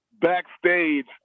backstage